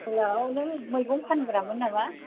hello नों मैगं फानग्रामोन नामा